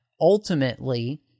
ultimately